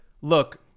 look